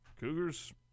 Cougars